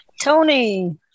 Tony